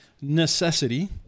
necessity